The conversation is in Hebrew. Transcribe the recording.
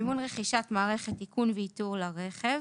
מימון רכישת מערכת איכון ואיתור לרכב